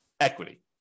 equity